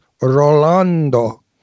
Rolando